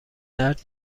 درد